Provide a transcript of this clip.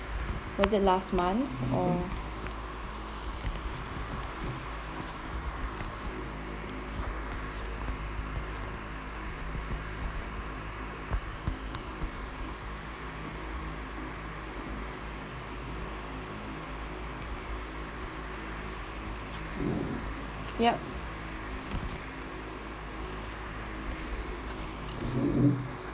was it last month or yup